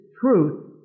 truth